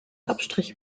abstriche